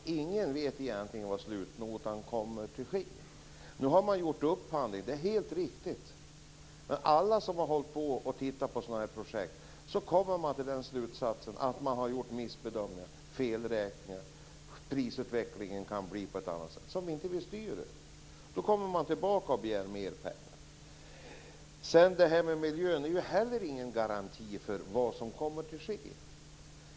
Ingen vet egentligen vad slutnotan kommer att bli. Det är helt riktigt att upphandlingen nu är gjord. Men alla som har hållit på och tittat på sådana här projekt drar slutsatsen att man gör missbedömningar och felräkningar. Prisutvecklingen kan bli annorlunda och annat kan inträffa som man inte styr över. Då kommer man tillbaka och begär mer pengar. När det gäller miljön finns det inte heller någon garanti för vad som kommer att ske.